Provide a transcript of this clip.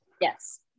yes